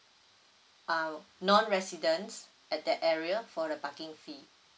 uh non residents at that area for the parking fee